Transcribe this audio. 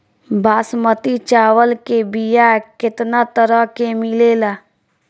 बासमती चावल के बीया केतना तरह के मिलेला?